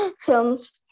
films